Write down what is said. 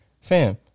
Fam